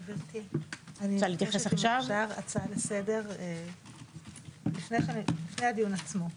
גברתי, יש לי הצעה לסדר לפני הדיון עצמו.